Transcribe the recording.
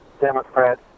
Democrat